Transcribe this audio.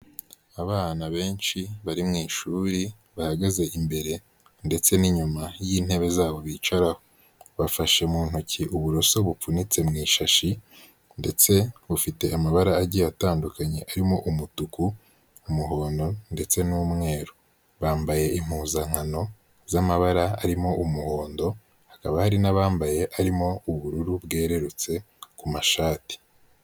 Abana benshi bari mu ishuri bahagaze imbere ndetse n'inyuma y'intebe zabo bicaraho, bafashe mu ntoki uburoso bupfunyitse mu ishashi ndetse bufite amabara agiye atandukanye arimo umutuku, umuhondo, ndetse n'umweru bambaye impuzankano z'amabara arimo umuhondo hakaba hari n'abambaye arimo ubururu bwerererutse ku mashati.